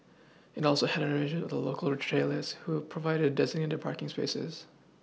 it also had arrangements with local retailers who provided designated parking spaces